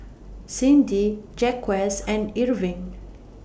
Cyndi Jaquez and Irving